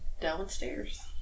downstairs